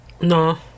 no